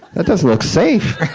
that doesn't look safe!